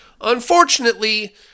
Unfortunately